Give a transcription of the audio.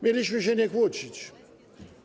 Mieliśmy się nie kłócić.